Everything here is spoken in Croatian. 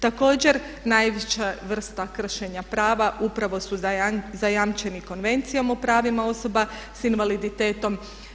Također, najveća vrsta kršenja prava upravo su zajamčeni Konvencijom o pravima osoba s invaliditetom.